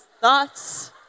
Thoughts